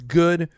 good